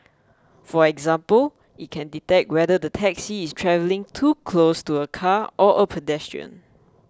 for example it can detect whether the taxi is travelling too close to a car or a pedestrian